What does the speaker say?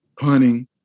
punting